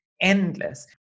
endless